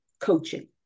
coaching